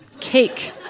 Cake